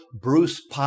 Bruce